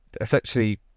essentially